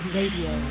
Radio